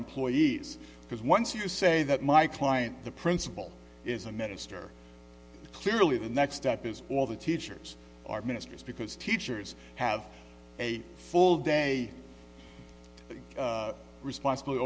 employees because once you say that my client the principal is a minister clearly the next step is all the teachers are ministers because teachers have a full day responsibl